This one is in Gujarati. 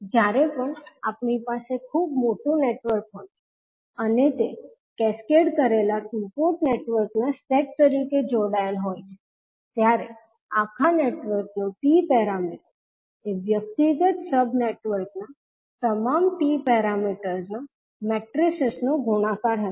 જ્યારે પણ આપણી પાસે ખૂબ મોટું નેટવર્ક હોય છે અને તે કેસ્કેડ કરેલા ટુ પોર્ટ નેટવર્કના સેટ તરીકે જોડાયેલ હોય છે ત્યારે આખા નેટવર્કનો T પેરામીટર એ વ્યક્તિગત સબ નેટવર્ક ના તમામ T પેરામીટર્સ ના મેટ્રિસીસનો ગુણાકાર હશે